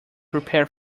prepare